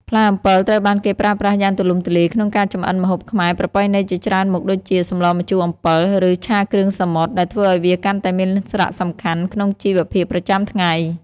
ផ្លែអំពិលត្រូវបានគេប្រើប្រាស់យ៉ាងទូលំទូលាយក្នុងការចម្អិនម្ហូបខ្មែរប្រពៃណីជាច្រើនមុខដូចជា សម្លរម្ជូរអំពិល ឬ ឆាគ្រឿងសមុទ្រ ដែលធ្វើឲ្យវាកាន់តែមានសារៈសំខាន់ក្នុងជីវភាពប្រចាំថ្ងៃ។